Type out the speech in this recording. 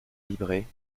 vibraient